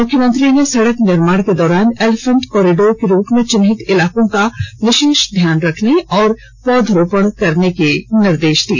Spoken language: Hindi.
मुख्यमंत्री ने सड़क निर्माण के दौरान एलिफेंट कॉरिडोर के रूप में चिन्हित इलाकों का विशेष ध्यान रखने और पौधरोपण करने के निर्देश दिए